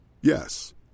Yes